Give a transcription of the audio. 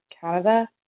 Canada